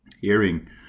hearing